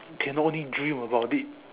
can only dream about it